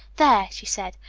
there! she said.